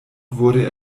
wurde